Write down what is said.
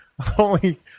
holy